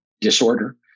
disorder